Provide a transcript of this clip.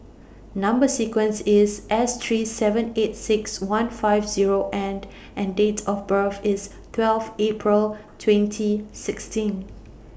Number sequence IS S three seven eight six one five Zero and and Date of birth IS twelve April twenty sixteen